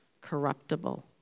Corruptible